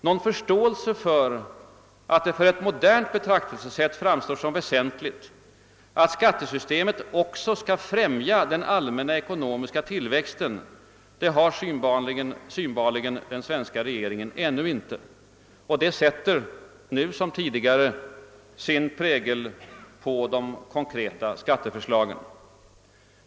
Någon förståelse för att det för ett modernt betraktelsesätt framstår som väsentligt att skattesystemet också skall främja den allmänna ekonomiska tillväxten har synbarligen den svenska regeringen ännu inte. Det sätter — nu som tidigare — sin prägel på de konkreta skatteförslagen.